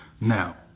Now